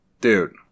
dude